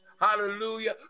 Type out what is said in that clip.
hallelujah